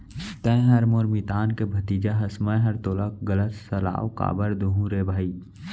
तैंहर मोर मितान के भतीजा हस मैंहर तोला गलत सलाव काबर दुहूँ रे भई